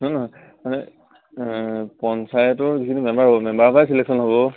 নহয় নহয় মানে পঞ্চায়তৰ যিখিনি মেম্বাৰ হ'ব মেম্বাৰৰ পৰাই চিলেকশ্যন হ'ব